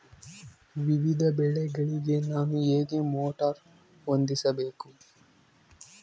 ವಿವಿಧ ಬೆಳೆಗಳಿಗೆ ನಾನು ಹೇಗೆ ಮೋಟಾರ್ ಹೊಂದಿಸಬೇಕು?